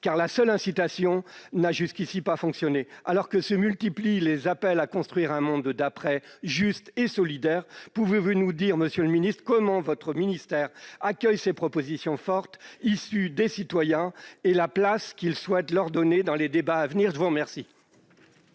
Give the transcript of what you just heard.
: la seule incitation n'a jusqu'à présent pas suffi. Alors que se multiplient les appels à construire un « monde d'après » juste et solidaire, pouvez-vous nous dire, monsieur le ministre, comment votre ministère accueille ces propositions fortes, issues des citoyens, et quelle place il souhaite leur donner dans les débats à venir ? La parole